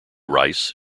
rice